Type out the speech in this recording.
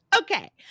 Okay